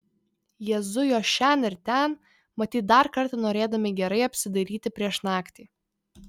jie zujo šen ir ten matyt dar kartą norėdami gerai apsidairyti prieš naktį